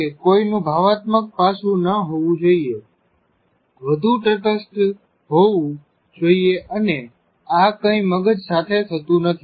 કે કોઈનું ભાવનાત્મક પાસુ ના હોવું જોઇએ બધું તટસ્થ હોવું જોઇએ અને આ કંઈ મગજ સાથે થતું નથી